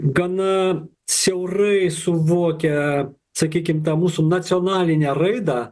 gana siaurai suvokia sakykim tą mūsų nacionalinę raidą